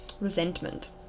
resentment